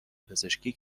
پزشکی